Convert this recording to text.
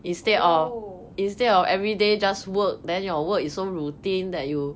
oh